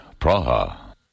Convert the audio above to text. Praha